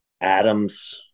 Adam's